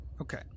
okay